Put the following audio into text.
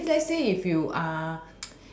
that mean let's say if you are